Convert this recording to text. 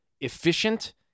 efficient